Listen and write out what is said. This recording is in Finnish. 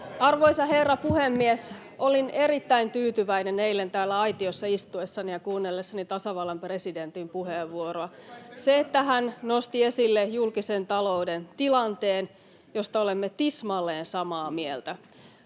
Arvoisa herra puhemies! Olin erittäin tyytyväinen eilen täällä aitiossa istuessani ja kuunnellessani tasavallan presidentin puheenvuoroa siihen, että hän nosti esille julkisen talouden tilanteen, josta olemme tismalleen samaa mieltä,